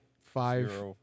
five